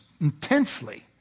intensely